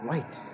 Light